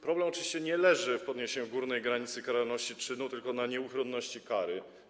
Problem oczywiście nie leży w podniesieniu górnej granicy kary za czyn, tylko na nieuchronności kary.